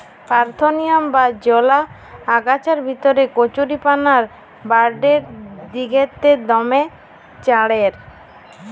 parthenium বা জলা আগাছার ভিতরে কচুরিপানা বাঢ়্যের দিগেল্লে দমে চাঁড়ের